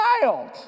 child